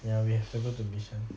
ya we have to go to bishan